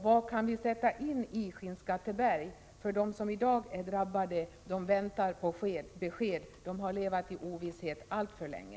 Vad kan vi sätta in i Skinnskatteberg? De som i dag är drabbade väntar på besked; de har levat i ovisshet alltför länge.